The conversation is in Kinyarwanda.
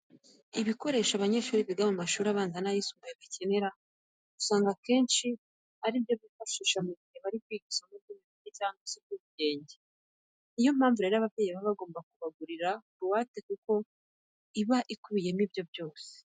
Ibikoresho abanyeshuri biga mu mashuri abanza n'ayisumbuye bakenera, usanga akenshi ari ibyo bifashisha mu gihe bari kwiga isomo ry'imibare cyangwa se iry'ubugenge. Ni yo mpamvu rero ababyeyi baba bagomba kubagurira buwate kuko iba ikubiyemo ibyo byose.